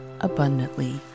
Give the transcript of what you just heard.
abundantly